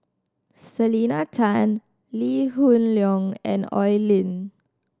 Selena Tan Lee Hoon Leong and Oi Lin